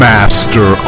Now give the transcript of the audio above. Master